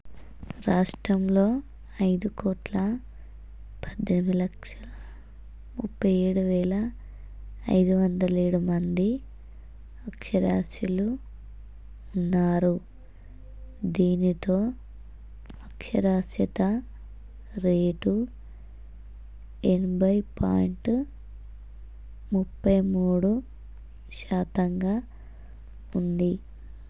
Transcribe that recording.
రాష్ట్రంలో ఐదు కోట్ల పద్దెనిమిది లక్షల ముప్పై ఏడు వేల ఐదు వందల ఏడు మంది అక్షరాస్యులు ఉన్నారు దీనితో అక్షరాస్యత రేటు ఎనభై పాయింటు ముప్పై మూడు శాతంగా ఉంది